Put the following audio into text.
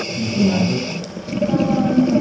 you you still mad at those folks? ah no,